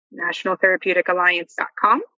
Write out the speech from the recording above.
nationaltherapeuticalliance.com